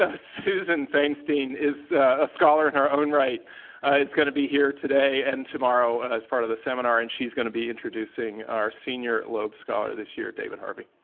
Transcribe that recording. ah susan fainstein is a scholar in her own right is going to be here today and tomorrow as part of the seminar. and she's going to be introducing our senior loeb scholar this year, david harvey.